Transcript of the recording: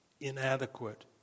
inadequate